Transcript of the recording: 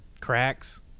cracks